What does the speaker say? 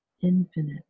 infinite